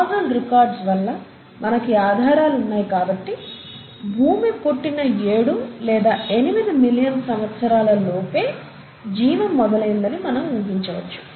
fossil records వల్ల మనకి ఆధారాలు ఉన్నాయి కాబట్టి భూమి పుట్టిన ఏడు లేదా ఎనిమిది మిలియన్ సంవత్సరాల లోపే జీవం మొదలయ్యిందని మనం ఊహించవచ్చు